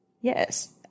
Yes